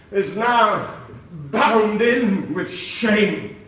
is now bound in with shame